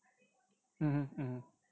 mmhmm mmhmm